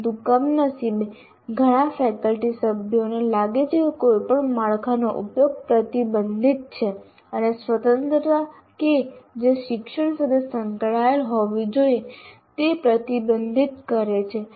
પરંતુ કમનસીબે ઘણા ફેકલ્ટી સભ્યોને લાગે છે કે કોઈપણ માળખાનો ઉપયોગ પ્રતિબંધિત છે અને સ્વતંત્રતા કે જે શિક્ષણ સાથે સંકળાયેલી હોવી જોઈએ તે પ્રતિબંધિત કરે છે